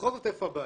בכל זאת, איפה הבעיה?